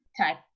type